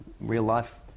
real-life